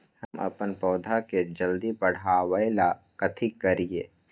हम अपन पौधा के जल्दी बाढ़आवेला कथि करिए?